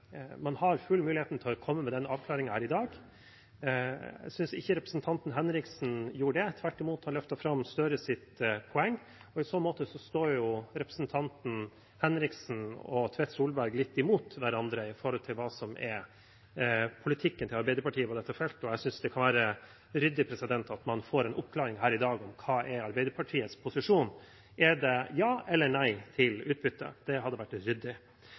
man har full mulighet til å komme med den avklaringen her i dag. Jeg synes ikke representanten Henriksen gjorde det, tvert imot løftet han fram Gahr Støres poeng. I så måte står jo representantene Henriksen og Tvedt Solberg litt imot hverandre når det gjelder hva som er politikken til Arbeiderpartiet på dette feltet. Jeg synes det kan være ryddig at man får en oppklaring her i dag om hva som er Arbeiderpartiets posisjon. Er det ja eller nei til utbytte? Det hadde vært ryddig,